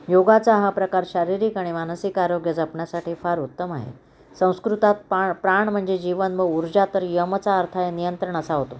योगाचा हा प्रकार शारीरिक आणि मानसिक आरोग्य जपण्यासाटी फार उत्तम आहे संस्कृतात पा प्राण म्हणजे जीवन व ऊर्जा तर यमचा अर्थाय नियंत्रण असा होतो